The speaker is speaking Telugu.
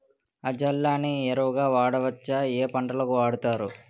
అజొల్లా ని ఎరువు గా వాడొచ్చా? ఏ పంటలకు వాడతారు?